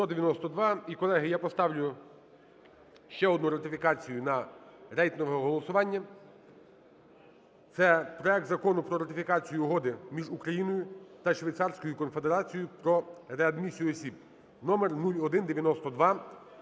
І, колеги, я поставлю ще одну ратифікацію на рейтингове голосування, це проект Закону про ратифікацію Угоди між Україною та Швейцарською Конфедерацією про реадмісію осіб (номер 0192).